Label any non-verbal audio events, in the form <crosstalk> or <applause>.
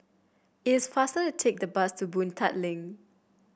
it is faster to take the bus to Boon <unintelligible> Link